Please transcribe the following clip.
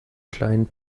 kleinen